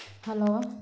hello